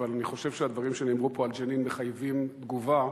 אבל אני חושב שהדברים שנאמרו פה על ג'נין מחייבים תגובה.